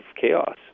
chaos